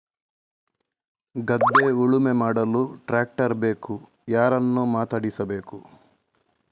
ಗದ್ಧೆ ಉಳುಮೆ ಮಾಡಲು ಟ್ರ್ಯಾಕ್ಟರ್ ಬೇಕು ಯಾರನ್ನು ಮಾತಾಡಿಸಬೇಕು?